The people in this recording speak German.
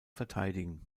verteidigen